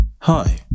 Hi